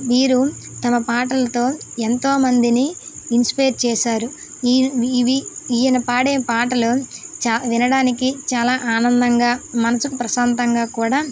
వీరు తమ పాటలతో ఎంతోమందిని ఇన్స్పైర్ చేశారు ఈయ ఇవి ఈయన పాడే పాటలు చాలా వినడానికి చాలా ఆనందంగా మనసుకి ప్రశాంతంగా కూడా